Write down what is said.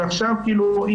ועכשיו כאילו,